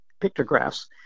pictographs